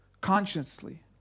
consciously